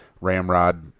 Ramrod